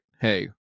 Hey